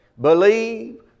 believe